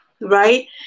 Right